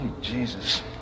Jesus